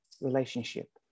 relationship